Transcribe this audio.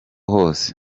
hose